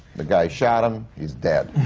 the guy shot him. he's dead.